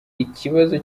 ikibazo